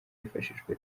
hifashishijwe